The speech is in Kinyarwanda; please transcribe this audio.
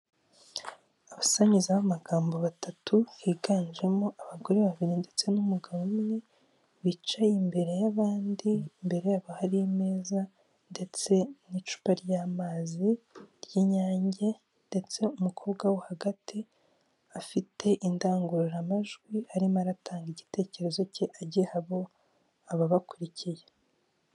Abasangiza b'amagambo batatu higanjemo abagore babiri ndetse n'umugabo umwe bicaye imbere y'abandi, imbere yabo hari imeza ndetse n'icupa ry'amazi ry'Inyange ndetse umukobwa wo hagati afite indangururamajwi arimo aratanga igitekerezo cye agiha abo ababakurikiye.